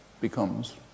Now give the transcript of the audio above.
becomes